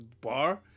bar